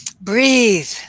breathe